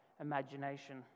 imagination